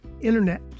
internet